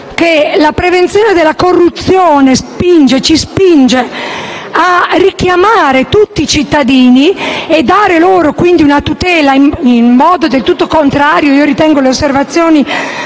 la prevenzione della corruzione ci spinge a richiamare tutti i cittadini e a dare loro una tutela in modo del tutto contrario